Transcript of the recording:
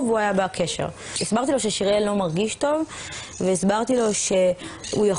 אלא בקריאה לפעולה מאוד מאוד משמעותית אל מול